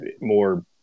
more